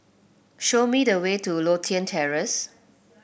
show me the way to Lothian Terrace